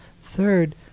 Third